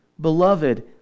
Beloved